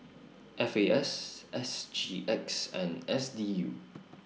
F A S S G X and S D U